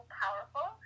powerful